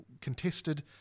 contested